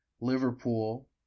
liverpool